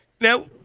now